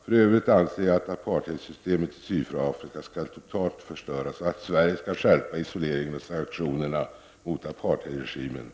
För övrigt anser jag att apartheidsystemet i Sydafrika skall totalt förstöras och att Sverige skall skärpa isoleringen och sanktionerna mot apartheidregimen nu.